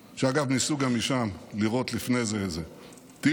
שאגב, ניסו שם לירות גם לפני זה איזה טיל,